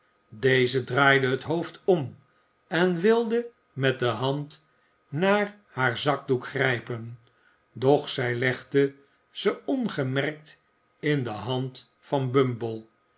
deze draaide het hoofd om en wilde met de hand naar haar zakdoek grijpen doch zij legde ze ongemerkt in de hand van bumble